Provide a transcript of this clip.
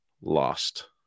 lost